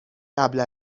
قبل